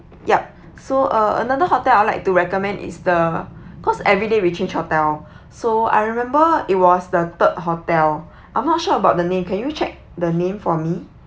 yup so uh another hotel I would like to recommend is the cause everyday we changed hotel so I remember it was the third hotel I'm not sure about the name can you check the name for me